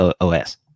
os